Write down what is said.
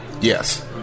Yes